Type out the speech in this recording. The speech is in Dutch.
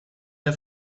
een